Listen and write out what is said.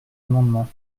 amendement